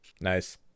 Nice